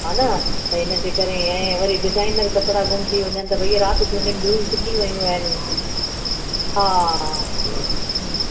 हा न त इन जे करे ऐं वरी डिज़ाइनर कपिड़ा गुमु थी वञनि त भैया राति जो निंडियूं ई फिटी वयूं आहिनि हा हा हूं